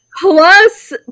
Plus